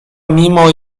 mimo